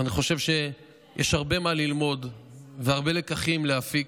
ואני חושב שיש הרבה מה ללמוד והרבה לקחים להפיק,